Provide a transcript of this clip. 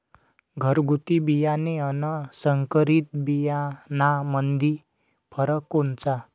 घरगुती बियाणे अन संकरीत बियाणामंदी फरक कोनचा?